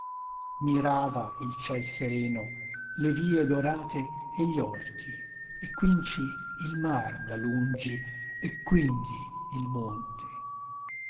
mirava il ciel sereno le vie dorate e gli orti e quinci il mar da lungi e quindi il monte